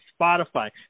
Spotify